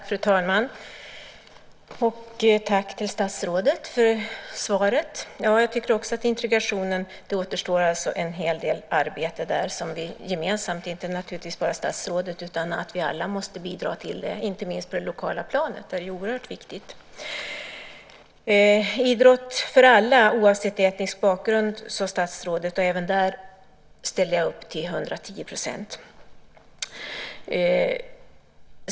Fru talman! Tack, statsrådet, för svaret! Jag tycker också att det återstår en hel del arbete med integrationen som vi gemensamt måste bidra till. Det gäller naturligtvis inte bara statsrådet. Det handlar inte minst om det lokala planet, där detta är oerhört viktigt. Idrott för alla oavsett etnisk bakgrund, sade statsrådet. Även där ställer jag upp till 110 %.